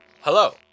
Hello